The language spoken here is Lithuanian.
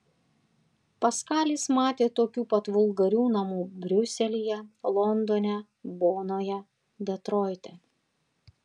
paskalis matė tokių pat vulgarių namų briuselyje londone bonoje detroite